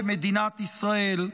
במדינת ישראל,